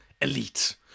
elite